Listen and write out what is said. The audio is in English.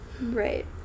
Right